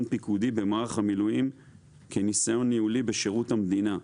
פיקודי במערך המילואים כנסיון ניהולי בשירות המדינה.